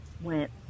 went